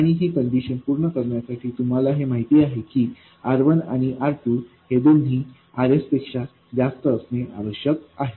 आणि ही कंडिशन पूर्ण करण्यासाठी तुम्हाला हे माहित आहे की R1आणि R2 हे दोन्ही RS पेक्षा जास्त असणे आवश्यक आहे